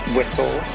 Whistle